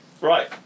Right